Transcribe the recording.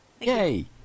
yay